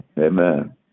amen